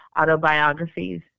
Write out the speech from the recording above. autobiographies